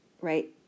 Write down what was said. right